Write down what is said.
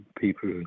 people